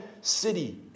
city